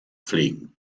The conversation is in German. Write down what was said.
pflegen